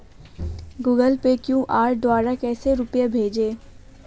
Google Pay QR द्वारा कैसे रूपए भेजें?